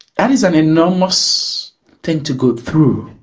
that is an enormous thing to go through,